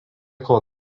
kol